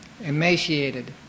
emaciated